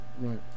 Right